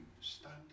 stand